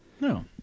No